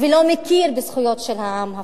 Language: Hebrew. ולא מכיר בזכויות של העם הפלסטיני.